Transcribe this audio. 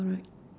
correct